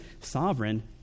sovereign